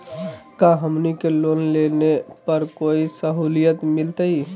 का हमनी के लोन लेने पर कोई साहुलियत मिलतइ?